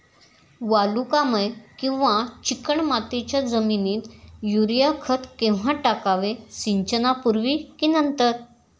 वालुकामय किंवा चिकणमातीच्या जमिनीत युरिया खत केव्हा टाकावे, सिंचनापूर्वी की नंतर?